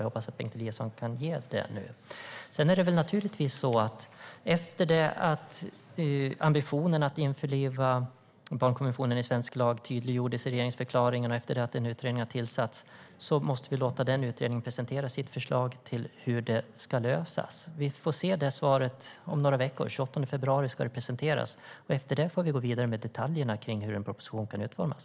Jag hoppas att Bengt Eliasson kan ge mig det nu. Ambitionen att införliva barnkonventionen i svensk lag tydliggjordes i regeringsförklaringen, och en utredning har tillsatts. Nu måste vi låta utredningen presentera sitt förslag till hur detta ska lösas. Vi får se svaret om några veckor. Den 28 februari ska det presenteras. Efter det kan vi gå vidare med detaljerna kring hur en proposition kan utformas.